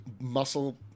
muscle